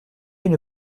une